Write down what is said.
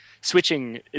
switching